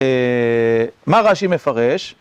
מה רש"י מפרש?